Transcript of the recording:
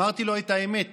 אמרתי לו את האמת